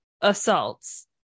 assaults